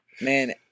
Man